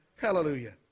hallelujah